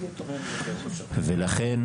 ולכן